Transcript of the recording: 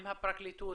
עם הפרקליטות,